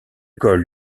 col